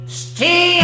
stay